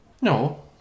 No